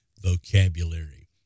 vocabulary